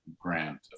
grant